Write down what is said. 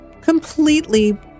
completely